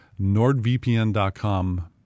NordVPN.com